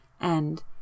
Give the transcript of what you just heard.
And